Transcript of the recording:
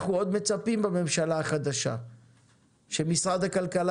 אנחנו עוד מצפים בממשלה החדשה שמשרד הכלכלה